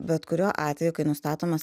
bet kuriuo atveju kai nustatomas